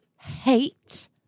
hate